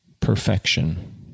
perfection